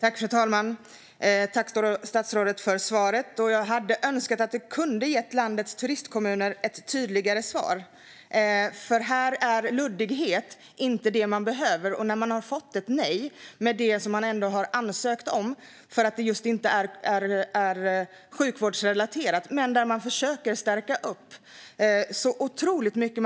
Fru talman! Tack för svaret, statsrådet! Jag hade önskat ett tydligare svar till landets turistkommuner. Här är luddighet inte vad man behöver. Kommuner har fått nej på det de har ansökt om just därför att det inte är sjukvårdsrelaterat, men man försöker stärka upp otroligt mycket.